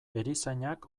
erizainak